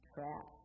Trap